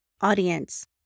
audience